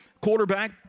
Quarterback